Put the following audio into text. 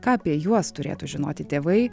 ką apie juos turėtų žinoti tėvai